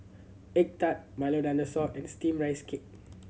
egg tart Milo Dinosaur and Steamed Rice Cake